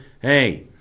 Hey